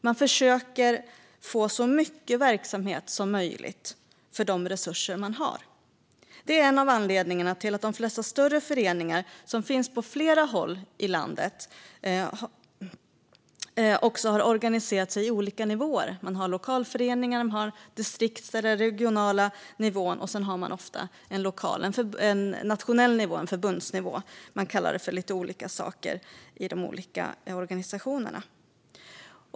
Man försöker att få så mycket verksamhet som möjligt för de resurser man har. Det är en av anledningarna till att de flesta större föreningar som finns på flera håll i landet också har organiserat sig i olika nivåer. Man har lokalföreningar, man har distriktsnivån eller den regionala nivån och så har man ofta en nationell nivå, en förbundsnivå. Man kallar det för lite olika saker i de olika organisationerna.